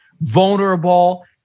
vulnerable